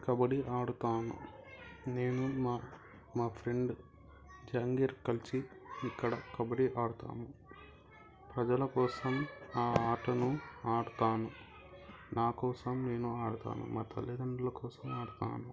కబడ్డీ ఆడతాను నేను మా మా ఫ్రెండ్ జహంగీర్ కలసి ఇక్కడ కబడ్డీ ఆడతాను ప్రజల కోసం ఆ ఆటను ఆడతాను నాకోసం నేను ఆడతాను మా తల్లిదండ్రుల కోసం ఆడతాను